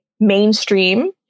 mainstream